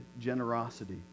generosity